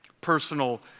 personal